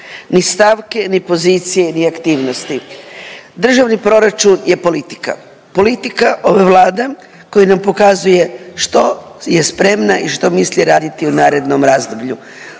ni stavke, ni pozicije, ni aktivnosti državni proračun je politika. Politika ove Vlade koja nam pokazuje što je spremna i što misli raditi u narednom razdoblju,